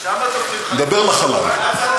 אני מדבר לחלל.